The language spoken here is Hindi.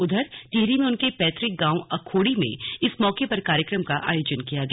उधर टिहरी में उनके पैत्रिक गांव अखोर्डी में इस मौके पर कार्यक्रम का आयोजन किया गया